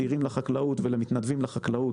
חקלאים צעירים ומתנדבים צעירים בחקלאות.